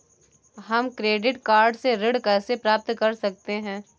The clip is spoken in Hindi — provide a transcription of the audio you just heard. हम क्रेडिट कार्ड से ऋण कैसे प्राप्त कर सकते हैं?